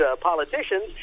politicians